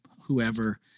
whoever